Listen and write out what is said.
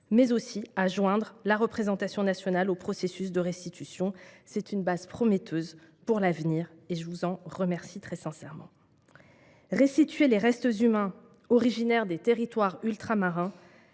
mais aussi à joindre la représentation nationale au processus de restitution. C’est une base prometteuse pour l’avenir, et je vous en remercie très sincèrement. Restituer les restes humains originaires des territoires ultramarins